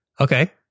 Okay